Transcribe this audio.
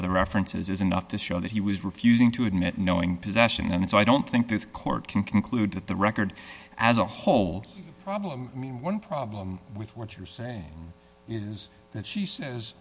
other references is enough to show that he was refusing to admit knowing possession and so i don't think this court can conclude that the record as a whole problem i mean one problem with what you're saying is that she says